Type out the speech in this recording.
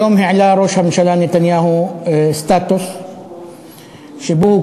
היום העלה ראש הממשלה נתניהו סטטוס שבו הוא